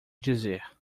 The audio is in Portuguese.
dizer